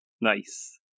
Nice